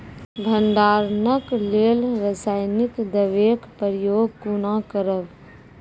भंडारणक लेल रासायनिक दवेक प्रयोग कुना करव?